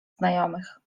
znajomych